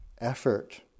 effort